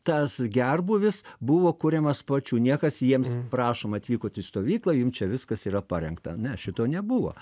tas gerbūvis buvo kuriamas pačių niekas jiems prašom atvykot į stovyklą jum čia viskas yra parengta ne šito nebuvo